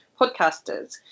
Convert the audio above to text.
podcasters